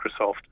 Microsoft